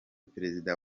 perezida